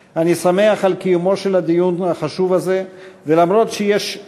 לוועדת החוץ והביטחון לצורך הכנתה לקריאה שנייה ושלישית.